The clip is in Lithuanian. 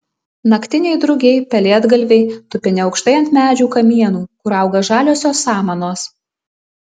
naktiniai drugiai pelėdgalviai tupi neaukštai ant medžių kamienų kur auga žaliosios samanos